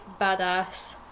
badass